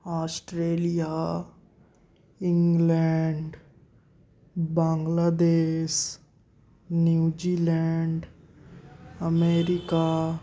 Australia England Bangladesh New Zealand America